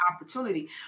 opportunity